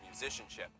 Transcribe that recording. musicianship